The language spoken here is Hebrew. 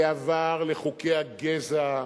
וזה עבר לחוקי הגזע,